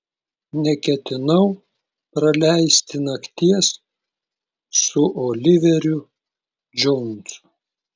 neketinau praleisti nakties su oliveriu džonsu